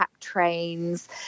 trains